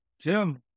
Tim